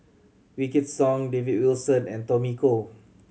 Wykidd Song David Wilson and Tommy Koh